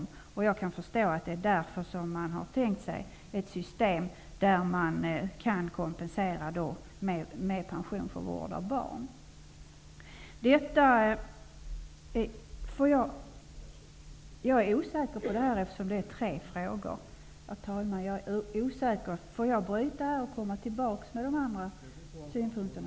Jag kan förstå att man därför har tänkt sig ett system där man kan kompensera med pension för vård av barn. Jag kanske får bryta här och återkomma med synpunkter på de andra frågorna.